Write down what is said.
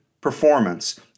performance